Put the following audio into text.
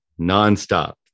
nonstop